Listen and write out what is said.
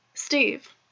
Steve